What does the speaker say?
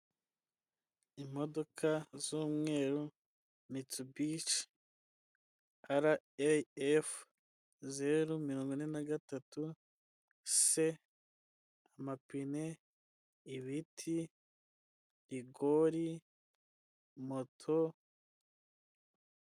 Imodoka z'umweru Mitsubishi RF zeru mirongo ine na gatatu, C. Amapine, ibiti, rigori, moto...